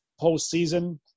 postseason